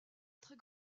très